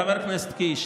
חבר הכנסת קיש,